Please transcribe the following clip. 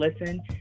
listen